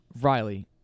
Riley